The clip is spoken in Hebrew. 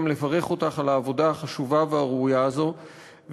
גם לברך אותך על העבודה החשובה והראויה הזאת,